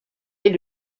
est